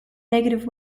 negative